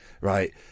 right